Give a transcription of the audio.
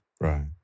Right